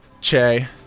Che